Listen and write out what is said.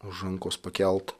už rankos pakelt